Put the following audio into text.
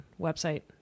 website